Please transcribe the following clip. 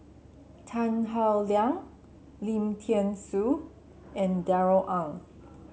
Tan Howe Liang Lim Thean Soo and Darrell Ang